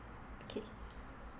okay